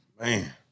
man